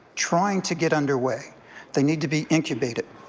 trying to get underway they need to be incubated